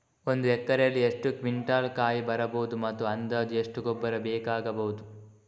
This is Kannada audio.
ಒಂದು ಎಕರೆಯಲ್ಲಿ ಎಷ್ಟು ಕ್ವಿಂಟಾಲ್ ಕಾಯಿ ಬರಬಹುದು ಮತ್ತು ಅಂದಾಜು ಎಷ್ಟು ಗೊಬ್ಬರ ಬೇಕಾಗಬಹುದು?